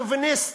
שוביניסט.